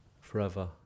forever